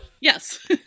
Yes